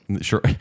Sure